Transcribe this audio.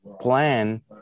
plan